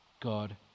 God